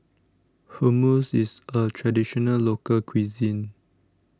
Hummus IS A Traditional Local Cuisine